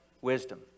wisdom